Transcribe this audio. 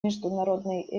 международный